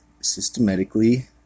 systematically